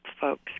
folks